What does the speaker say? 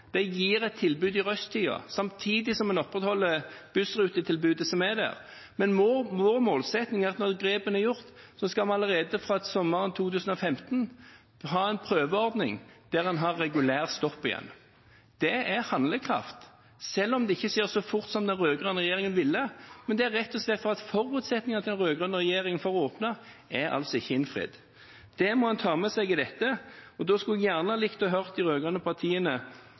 det gir et tilbud i rushtiden, samtidig som en opprettholder bussrutetilbudet som er der. Men vår målsetting er at når grepene er gjort, skal man allerede fra sommeren 2015 ha en prøveordning der en har regulær stopp igjen. Det er handlekraft, selv om det ikke skjer så fort som den rød-grønne regjeringen ville, men det er rett og slett fordi forutsetningen til den rød-grønne regjeringen for å åpne ikke er innfridd. Det må en ta med seg i dette. Jeg skulle gjerne likt å høre de rød-grønne partiene forholde seg til helheten i det de skrev, da de satt i regjering. Så synes jeg